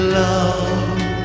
love